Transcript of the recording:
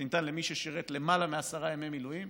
שניתן למי ששירת למעלה מעשרה ימי מילואים.